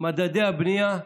מדדי הבנייה,